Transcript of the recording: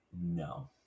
No